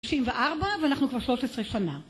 64 ואנחנו כבר 13 שנה